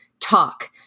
talk